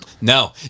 no